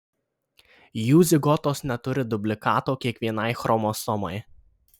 jų zigotos neturi dublikato kiekvienai chromosomai